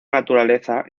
naturaleza